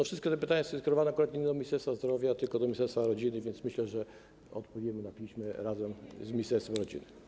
Wszystkie te pytania są skierowane akurat nie do Ministerstwa Zdrowia, tylko do ministerstwa rodziny, więc myślę, że odpowiemy na piśmie razem z ministerstwem rodziny.